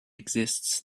exists